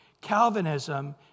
Calvinism